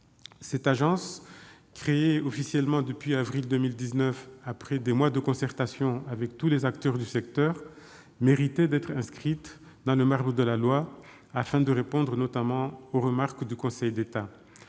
L'Agence, créée officiellement depuis le mois d'avril 2019 après des mois de concertation avec tous les acteurs du secteur, méritait d'être inscrite dans le marbre de la loi, afin de répondre notamment aux remarques du Conseil d'État.